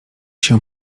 się